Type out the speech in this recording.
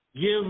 give